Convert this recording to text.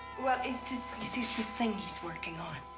well, it's this you see, this thing he's working on.